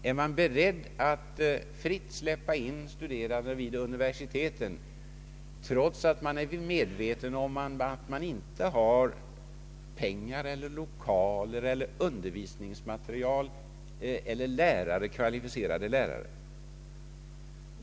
Är man beredd att även i fortsättningen fritt släppa in studerande vid universiteten trots att man varken har tillräckligt med lokaler, undervisningsmateriel eller kvalificerade lärare?